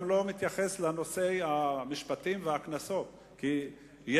גם לא מתייחס לנושא המשפטים והקנסות כי אחרי